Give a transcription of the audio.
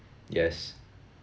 yes